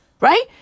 Right